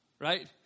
right